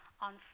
on